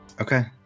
Okay